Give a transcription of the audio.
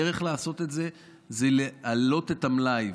הדרך לעשות את זה היא להעלות את המלאי.